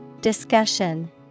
Discussion